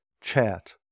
chat